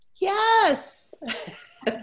Yes